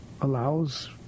allows